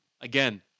again